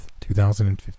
2015